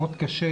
מאוד קשה